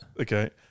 Okay